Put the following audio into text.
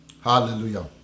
Hallelujah